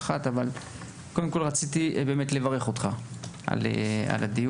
13:00. אני רוצה לברך אותך על הדיון,